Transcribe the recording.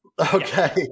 Okay